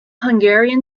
hungarian